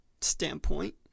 standpoint